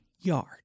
yard